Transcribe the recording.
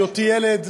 בהיותי ילד,